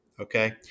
Okay